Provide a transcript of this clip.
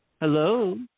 Hello